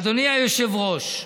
אדוני היושב-ראש,